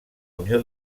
unió